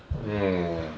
mm